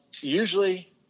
Usually